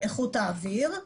איכות האוויר.